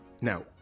Now